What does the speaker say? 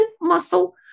muscle